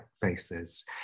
faces